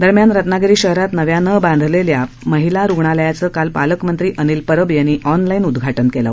दरम्यान रत्नागिरी शहरात नव्यानं बांधलेल्या महिला रुग्णालयाचं काल पालकमंत्री अनिल परब यांनी ऑनलाईन उदघाटन केलं